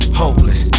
hopeless